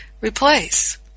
replace